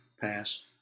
pass